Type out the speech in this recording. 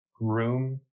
room